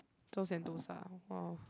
to Sentosa orh